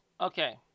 Okay